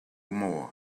more